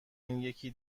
یکی